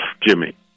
Jimmy